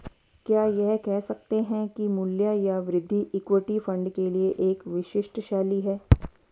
क्या यह कह सकते हैं कि मूल्य या वृद्धि इक्विटी फंड के लिए एक विशिष्ट शैली है?